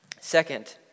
Second